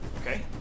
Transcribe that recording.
Okay